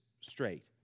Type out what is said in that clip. straight